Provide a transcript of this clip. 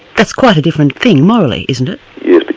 that's quite a different thing, morally, isn't it?